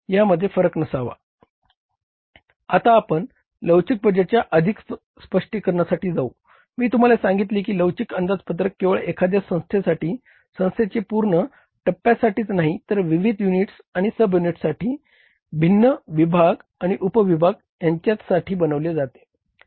आता आपण लवचिक बजेटच्या अधिक स्पष्टीकरणासाठी जाऊ मी तुम्हाला सांगितले की लवचिक अंदाजपत्रक केवळ एखाद्या संस्थेसाठी संस्थेच्या पूर्ण टप्प्यासाठीच नाही तर विविध युनिट्स आणि सब युनिटसाठी भिन्न विभाग आणि उप विभाग यांच्यासाठी बनवले जाते